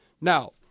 Now